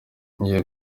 ngiye